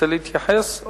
תרצה להתייחס?